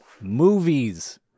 movies